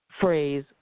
phrase